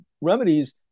remedies